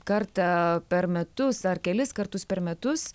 kartą per metus ar kelis kartus per metus